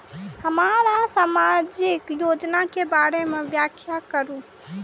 हमरा सामाजिक योजना के बारे में व्याख्या करु?